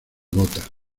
gota